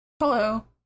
Hello